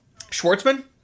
Schwartzman